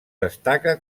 destaca